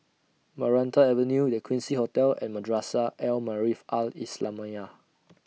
Maranta Avenue The Quincy Hotel and Madrasah Al Maarif Al Islamiah